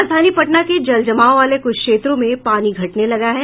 राजधानी पटना के जल जमाव वाले कुछ क्षेत्रों में पानी घटने लगा है